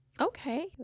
Okay